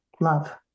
love